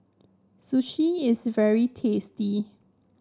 sushi is very tasty